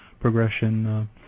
progression